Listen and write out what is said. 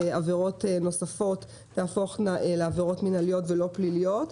עבירות נוספות תהפוכנה לעבירות מינהליות ולא פליליות.